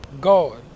God